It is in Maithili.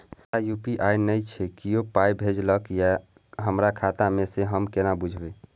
हमरा यू.पी.आई नय छै कियो पाय भेजलक यै हमरा खाता मे से हम केना बुझबै?